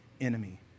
enemy